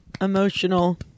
emotional